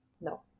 No